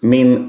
Min